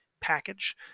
package